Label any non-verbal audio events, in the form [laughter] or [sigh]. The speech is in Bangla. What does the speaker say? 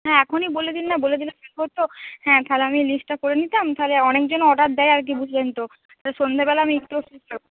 হ্যাঁ এখনই বলে দিন না বলে দিলে [unintelligible] তো হ্যাঁ তাহলে আমি লিস্টটা করে নিতাম তাহলে অনেকজন অর্ডার দেয় আর কি বুঝলেন তো সন্ধ্যাবেলা আমি একটুও [unintelligible]